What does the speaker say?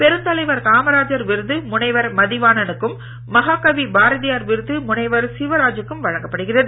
பெருந்தலைவர் காமராஜர் விருது முனைவர் மதிவாணனுக்கும் மகாகவி பாரதியார் விருது முனைவர் சிவராஜீக்கும் வழங்கப்படுகிறது